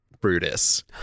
Brutus